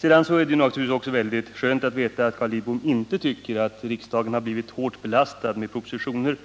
Vidare är det naturligtvis skönt att veta att Carl Lidbom inte tycker att riksdagen har blivit hårt belastad med propositioner